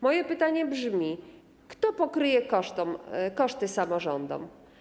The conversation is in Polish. Moje pytanie brzmi: Kto pokryje koszty samorządom?